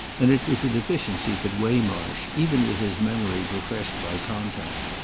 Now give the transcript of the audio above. and it was a deficiency that waymarsh, even with his memory refreshed by contact,